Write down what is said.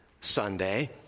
Sunday